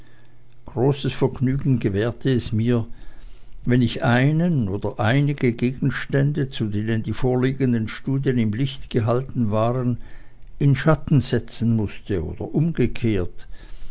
großes vergnügen gewährte es mir wenn ich einen oder einige gegenstände zu denen die vorliegenden studien im licht gehalten waren in schatten setzen mußte oder umgekehrt